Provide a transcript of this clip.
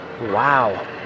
Wow